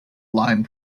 line